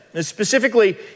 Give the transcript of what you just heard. Specifically